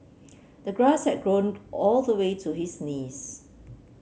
the grass had grown all the way to his knees